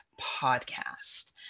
podcast